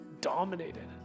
dominated